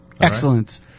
Excellent